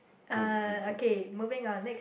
uh okay moving on next